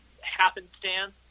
happenstance